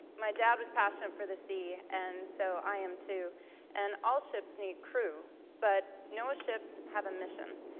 my dad was passionate for the sea and so i am too and all ships need crew but noaa ships have mission.